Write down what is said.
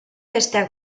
besteak